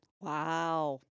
Wow